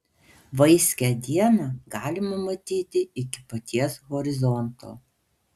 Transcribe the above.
vaiskią dieną galima matyti iki paties horizonto